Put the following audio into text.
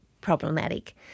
problematic